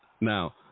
Now